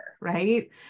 right